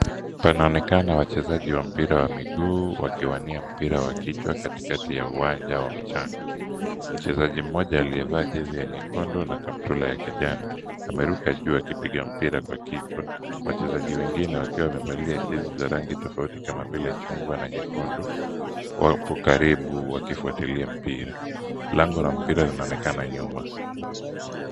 Panaonekana wachezaji wa mpira wa miguu wakiwania mpira wa kichwa kati kati ya uwanja wa mchanga. Mchezaji mmoja aliyevaa jezi ya nyekundu na kaptura ya kijani ameruka juu akipiga mpira kwa kichwa. Wachezaji wengine wakiwa wamevalia jezi za rangi tofauti kama vile chungwa na nyekundu. Wapo karibu wakifuatilia mpira. Lango la mpira linaonekana nyuma.